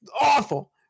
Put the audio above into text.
Awful